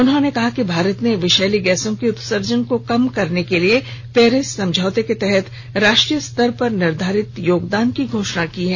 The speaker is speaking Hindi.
उन्होंने कहा कि भारत ने विषैली गैसों के उत्सर्जन को कम करने के लिए पेरिस समझौते के तहत राष्ट्रीय स्तर पर निर्धारित योगदान की घोषणा की है